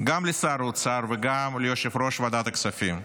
גם לשר האוצר וגם ליושב-ראש ועדת הכספים: